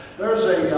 there's a